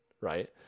right